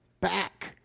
back